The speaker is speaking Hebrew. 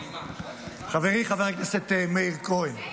חברי חבר הכנסת מאיר כהן,